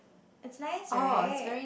it's nice right